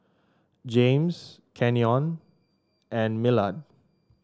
James Canyon and Millard